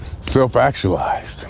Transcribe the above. self-actualized